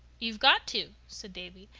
you've got to, said davy.